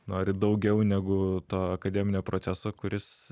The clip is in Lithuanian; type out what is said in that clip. nori daugiau negu to akademinio proceso kuris